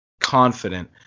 confident